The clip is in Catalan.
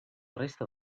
resta